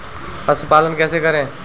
पशुपालन कैसे करें?